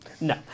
No